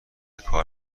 کار